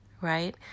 right